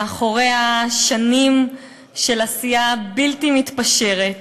מאחוריה שנים של עשייה בלתי מתפשרת